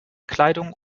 kleidung